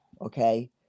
Okay